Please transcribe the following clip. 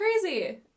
crazy